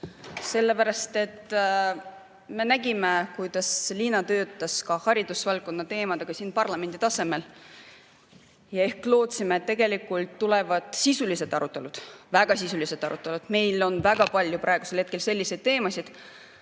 Sellepärast et me nägime, kuidas Liina töötas haridusvaldkonna teemadega parlamendi tasemel. Lootsime, et tulevad sisulised arutelud, väga sisulised arutelud. Meil on väga palju praegusel hetkel selliseid teemasid,